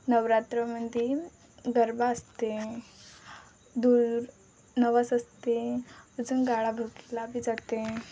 नवरात्रमध्ये गरबा असते दूर नवस असते अजून गाळा भुकीलाबी जाते